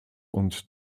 und